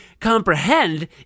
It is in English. comprehend